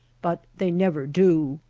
but they never do.